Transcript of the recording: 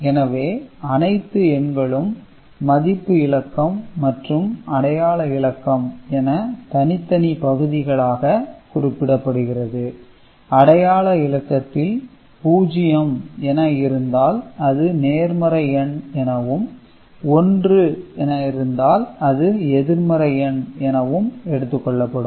எனவே அனைத்து எண்களும் மதிப்பு இலக்கம் மற்றும் அடையாள இலக்கம் என தனித்தனி பகுதிகளாக குறிப்பிடப்படுகிறது அடையாள இலக்கத்தில் பூஜ்யம் என இருந்தால் அது நேர்மறை எண் எனவும் ஒன்று இருந்தால் அது எதிர்மறை எண் எனவும் எடுத்துக் கொள்ளப்படும்